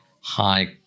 high